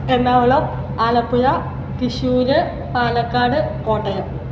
Ernakulam Alappuzha Thrissur Palakkad Kottayam